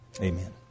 Amen